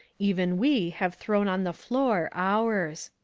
even we have thrown on the floor ours.